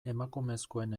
emakumezkoen